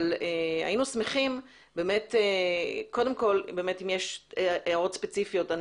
היינו שמחים לשמוע הערות ספציפיות.